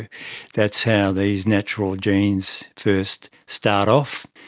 that's how these natural genes first start off.